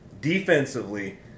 Defensively